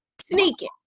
Sneaking